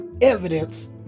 evidence